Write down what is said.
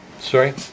Sorry